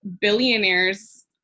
billionaires